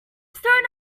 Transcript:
staring